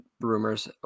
rumors